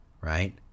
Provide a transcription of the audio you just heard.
right